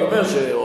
אני אומר,